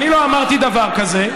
אני לא אמרתי דבר כזה.